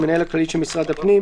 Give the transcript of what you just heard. המנהל הכללי של משרד הפנים,